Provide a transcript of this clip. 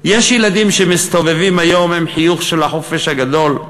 יש ילדים שמסתובבים היום עם חיוך של החופש הגדול,